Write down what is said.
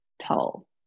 tall